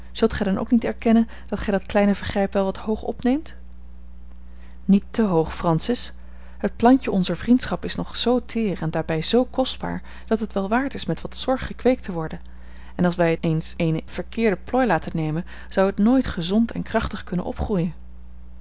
zult gij dan ook niet erkennen dat gij dat kleine vergrijp wel wat hoog opneemt niet te hoog francis het plantje onzer vriendschap is nog zoo teer en daarbij zoo kostbaar dat het wel waard is met wat zorg gekweekt te worden en als wij het eens eene verkeerde plooi laten nemen zou het nooit gezond en krachtig kunnen opgroeien